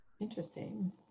Interesting